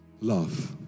love